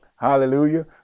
hallelujah